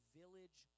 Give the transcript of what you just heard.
village